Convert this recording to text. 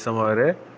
ସମୟରେ